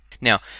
Now